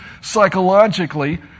psychologically